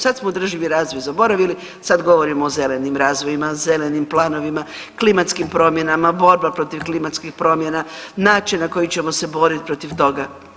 Sad smo održivi razvoj zaboravili, sad govorimo o zelenim razvojima, zelenim planovima, klimatskim promjenama, borba protiv klimatskih promjena, način na koji ćemo se boriti protiv toga.